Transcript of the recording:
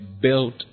built